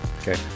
okay